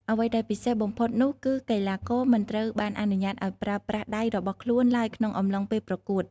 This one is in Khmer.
អ្វីដែលពិសេសបំផុតនោះគឺកីឡាករមិនត្រូវបានអនុញ្ញាតឲ្យប្រើប្រាស់ដៃរបស់ខ្លួនឡើយក្នុងអំឡុងពេលប្រកួត។